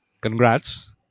Congrats